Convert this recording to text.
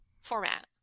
format